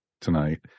tonight